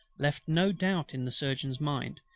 left no doubt in the surgeon's mind,